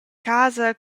casa